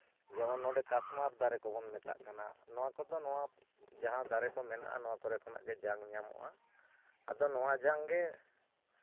ᱡᱮᱢᱚᱱ ᱱᱚᱰᱮ ᱠᱟᱥᱢᱟᱨ ᱫᱟᱨᱮ ᱠᱚᱵᱚᱱ ᱢᱮᱛᱟᱜ ᱠᱟᱱᱟ ᱱᱚᱣᱟ ᱠᱚᱫᱚ ᱱᱚᱣᱟ ᱡᱟᱦᱟᱸ ᱫᱟᱨᱮ ᱠᱚ ᱢᱮᱱᱟᱜᱼᱟ ᱱᱚᱣᱟ ᱠᱚᱨᱮ ᱠᱷᱚᱱ ᱜᱮ ᱡᱟᱝ ᱧᱟᱢᱚᱜᱼᱟ ᱟᱫᱚ ᱱᱚᱣᱟ ᱡᱟᱝ ᱜᱮ